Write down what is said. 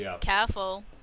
Careful